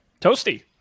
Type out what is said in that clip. Toasty